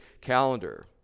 calendar